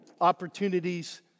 opportunities